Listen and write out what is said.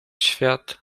świat